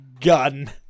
Gun